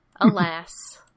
Alas